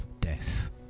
death